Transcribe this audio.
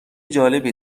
جالبی